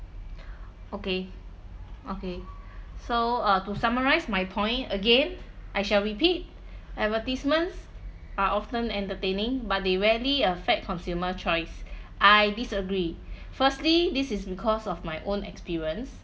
okay okay so uh to summarise my point again I shall repeat advertisements are often entertaining but they rarely affect consumer choice I disagree firstly this is because of my own experience